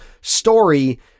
story